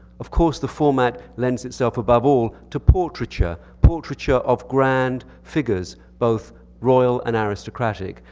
of course the format lends itself above all to portraiture. portraiture of grand figures, both royal and aristocratic.